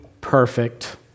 Perfect